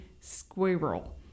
squirrel